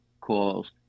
calls